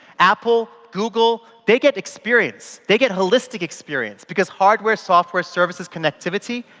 apple, google, they get experience, they get holistic experience because hardware, software services, connectivity,